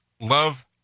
Love